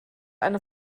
eine